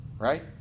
Right